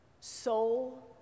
soul